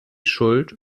schuld